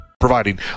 Providing